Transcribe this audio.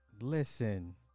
Listen